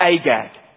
Agag